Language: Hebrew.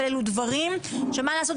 מה לעשות,